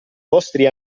vostri